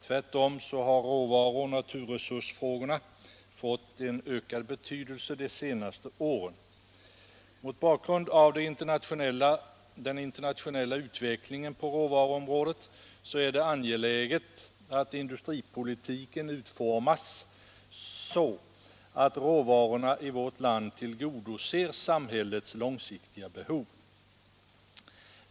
Tvärtom har råvaruoch naturresursfrågorna fått ökad betydelse de senaste åren. Mot bakgrund av den internationella utvecklingen på råvaruområdet är det angeläget att industripolitiken utformas så, att råvarorna i vårt land tillgodoser samhällets långsiktiga behov.